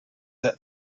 that